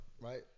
right